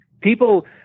People